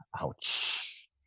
Ouch